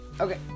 okay